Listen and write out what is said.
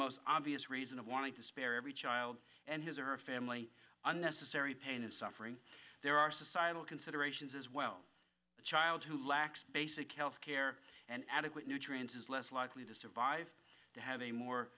most obvious reason to want to spare every child and his or her family unnecessary pain and suffering there are societal considerations as well the child who lacks basic health care and adequate nutrients is less likely to survive to have a more